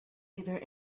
either